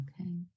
Okay